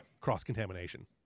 cross-contamination